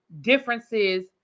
differences